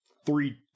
Three